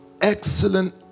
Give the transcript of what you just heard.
excellent